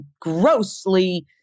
grossly